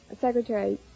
Secretary